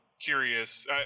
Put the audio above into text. curious